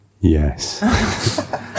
Yes